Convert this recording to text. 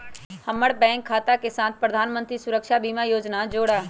हम्मर बैंक खाता के साथ प्रधानमंत्री सुरक्षा बीमा योजना जोड़ा